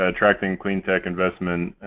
ah attracting clean tech investment